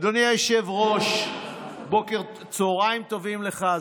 אדוני היושב-ראש, צוהריים טובים לך.